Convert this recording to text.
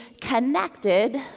connected